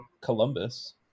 Columbus